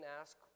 ask